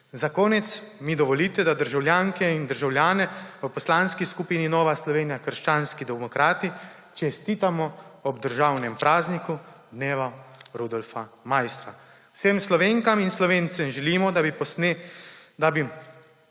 Za konec mi dovolite, da državljankam in državljanom v Poslanski skupini Nova Slovenija - krščanski demokrati čestitamo ob državnem prazniku, dnevu Rudolfa Maistra. Vsem Slovenkam in Slovencem želimo, da bi posnemali